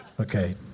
Okay